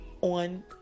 on